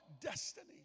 destiny